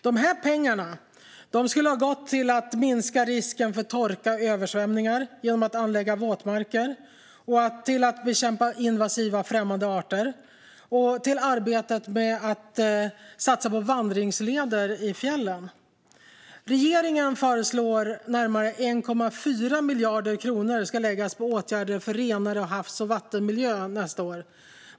De pengarna skulle ha gått till att minska risken för torka och översvämningar genom anläggning av våtmarker, till att bekämpa invasiva främmande arter och till arbetet med att satsa på vandringsleder i fjällen. Regeringen föreslår att närmare 1,4 miljarder kronor ska läggas på åtgärder för renare havs och vattenmiljö nästa år.